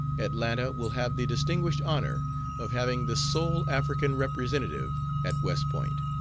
atlanta will have the distinguished honor of having the sole african representative at west point.